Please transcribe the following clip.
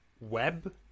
web